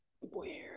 weird